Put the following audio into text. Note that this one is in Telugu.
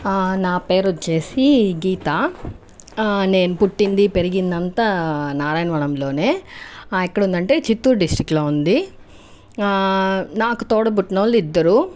నా పేరు వచ్చి గీత నేను పుట్టింది పెరిగింది అంతా నారాయణవనంలో ఎక్కడ ఉంది అంది అంటే చిత్తూరు డిస్టిక్లో ఉంది నాకు తోడబుట్టిన వాళ్ళు ఇద్దరు